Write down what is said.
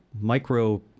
micro